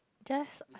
just